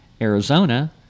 Arizona